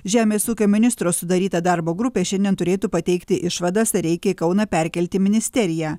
žemės ūkio ministro sudaryta darbo grupė šiandien turėtų pateikti išvadas ar reikia į kauną perkelti ministeriją